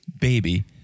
baby